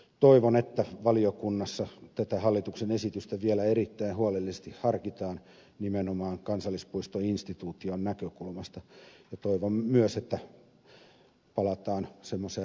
toivon että valiokunnassa tätä hallituksen esitystä vielä erittäin huolellisesti harkitaan nimenomaan kansallispuistoinstituution näkökulmasta ja toivon myös että palataan semmoiseen ratkaisumalliin jossa laajennuksesta luovutaan